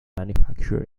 manufacturer